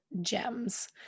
gems